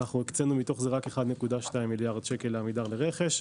הקצינו מתוך זה רק 1.2 מיליארד שקל לעמידר לרכש.